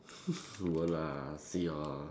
won't lah see your